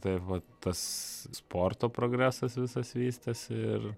taip vat tas sporto progresas visas vystėsi ir